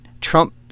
Trump